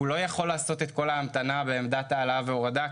הוא לא יכול לעשות את כל ההמתנה בעמדת ההעלאה וההורדה,